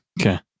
okay